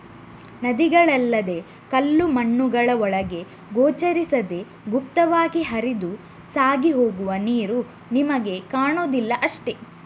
ನದಿಗಳಲ್ಲದೇ ಕಲ್ಲು ಮಣ್ಣುಗಳ ಒಳಗೆ ಗೋಚರಿಸದೇ ಗುಪ್ತವಾಗಿ ಹರಿದು ಸಾಗಿ ಹೋಗುವ ನೀರು ನಮಿಗೆ ಕಾಣುದಿಲ್ಲ ಅಷ್ಟೇ